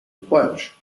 pledge